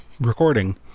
recording